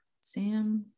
Sam